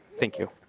thank you.